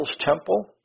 temple